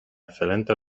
excelentes